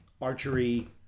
archery